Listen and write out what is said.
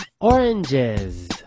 oranges